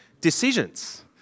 Decisions